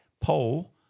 poll